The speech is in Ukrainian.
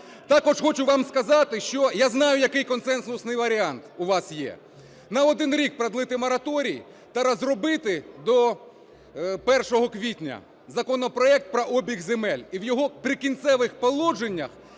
Також хочу вам сказати, що я знаю, який консенсусний варіант у вас є – на один рік продлити мораторій та розробити до 1 квітня законопроект про обіг земель і в його "Прикінцевих положеннях"